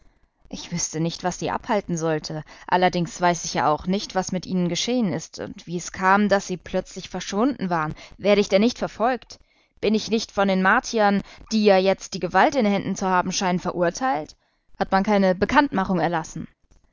ich wüßte nicht was sie abhalten sollte allerdings weiß ich ja auch nicht was mit ihnen geschehen ist wie es kam daß sie plötzlich verschwunden waren werde ich denn nicht verfolgt bin ich nicht von den martiern die ja jetzt die gewalt in händen zu haben scheinen verurteilt hat man keine bekanntmachung erlassen